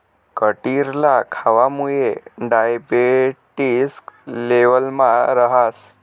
कटिरला खावामुये डायबेटिस लेवलमा रहास